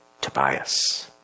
Tobias